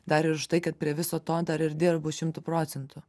dar ir už tai kad prie viso to dar ir dirbu šimtu procentų